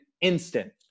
instant